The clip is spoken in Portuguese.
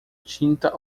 tinta